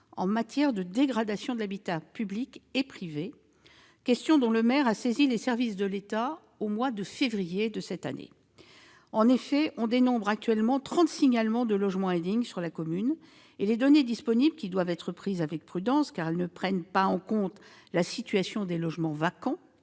face à la dégradation de l'habitat public et privé, question dont le maire a saisi les services de l'État au mois de février de cette année. En effet, on dénombre actuellement trente signalements de logements indignes dans cette commune, et les données disponibles, qui doivent être maniées avec prudence, car elles ne prennent pas en compte la situation des logements vacants,